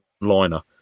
liner